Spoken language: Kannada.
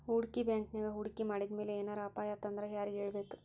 ಹೂಡ್ಕಿ ಬ್ಯಾಂಕಿನ್ಯಾಗ್ ಹೂಡ್ಕಿ ಮಾಡಿದ್ಮ್ಯಾಲೆ ಏನರ ಅಪಾಯಾತಂದ್ರ ಯಾರಿಗ್ ಹೇಳ್ಬೇಕ್?